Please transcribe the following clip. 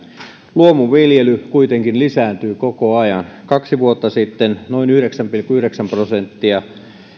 luomuviljely kuitenkin lisääntyy koko ajan kaksi vuotta sitten noin yhdeksän pilkku yhdeksän prosenttia